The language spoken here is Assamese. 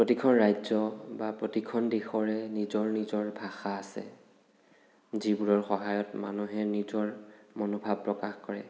প্ৰতিখন ৰাজ্য় বা প্ৰতিখন দেশৰে নিজৰ নিজৰ ভাষা আছে যিবোৰৰ সহায়ত মানুহে নিজৰ মনোভাৱ প্ৰকাশ কৰে